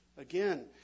Again